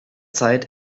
zeit